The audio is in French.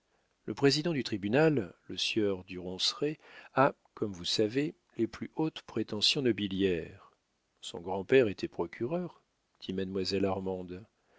le président du tribunal le sieur du ronceret a comme vous savez les plus hautes prétentions nobiliaires son grand-père était procureur dit mademoiselle armande